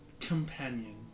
companion